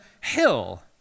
hill